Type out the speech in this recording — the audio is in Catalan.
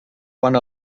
quant